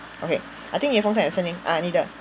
okay I think 你的风扇有声音 uh 你的